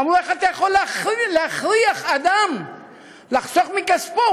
אמרו: איך אתה יכול להכריח אדם לחסוך מכספו?